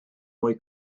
mwy